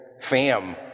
fam